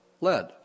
lead